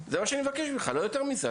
זה מה שאני מבקש ממך, לא יותר מזה.